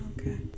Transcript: okay